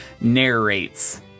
narrates